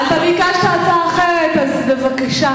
אתה ביקשת הצעה אחרת, אז בבקשה.